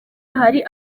hari